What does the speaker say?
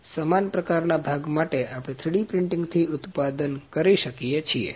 તેથી સમાન પ્રકારના ભાગ આપણે 3D પ્રિન્ટિંગથી ઉત્પાદન કરી શકીએ છીએ